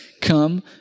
come